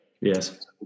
Yes